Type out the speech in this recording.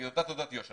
את תעודת היושר,